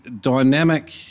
Dynamic